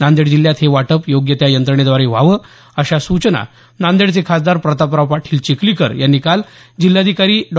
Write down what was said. नांदेड जिल्ह्यात हे वाटप योग्य त्या यंत्रणेद्वारे व्हावं अशा सूचना नांदेडचे खासदार प्रतापराव पाटील चिखलीकर यांनी काल जिल्हाधिकारी डॉ